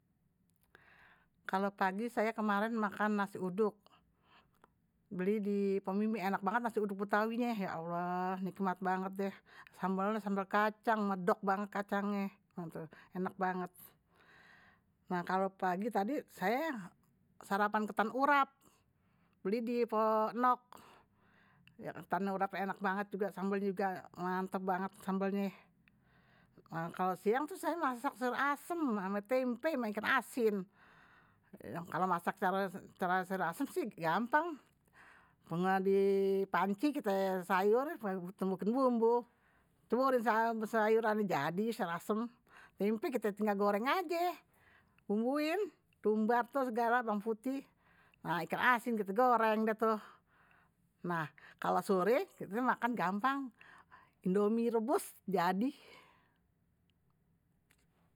Kalo pagi saya kemarin makan nasi uduk beli di pok mimi enak banget nasi uduk betawinye, ya allah nikmat banget deh sambal-sambal kacang, medok banget kacangnya enak banget kalo pagi tadi saya sarapan ketan urap beli di pok enok ketan urap enak banget, sambalnya juga mantep banget sambalnya kalo siang tuh saya masak sayur asem, sama tempe, sama ikan asin kalo masak serasem sih gampang pengen di panci kita sayur, tumbukin bumbu seburin sayur, jadi sayu asem tempe kita tinggal goreng aja bumbuin, tumbar tuh segala, bawang putih nah ikan asin kite goreng deh tuh nah kalo sore kite makan gampang indomie rebus, jadi